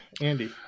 Andy